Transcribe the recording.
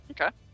okay